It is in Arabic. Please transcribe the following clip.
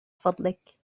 فضلك